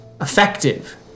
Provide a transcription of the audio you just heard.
effective